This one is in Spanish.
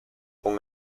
con